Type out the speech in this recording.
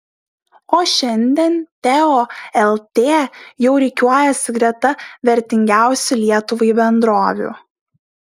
o šiandien teo lt jau rikiuojasi greta vertingiausių lietuvai bendrovių